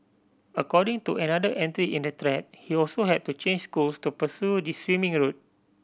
according to another entry in the thread he also had to change schools to pursue this swimming a route